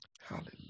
Hallelujah